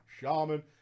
Shaman